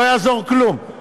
לא יעזור כלום.